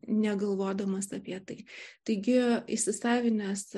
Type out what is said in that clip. negalvodamas apie tai taigi įsisavinęs